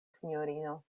sinjorino